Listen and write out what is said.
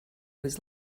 was